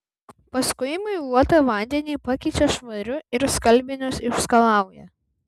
paskui muiluotą vandenį pakeičia švariu ir skalbinius išskalauja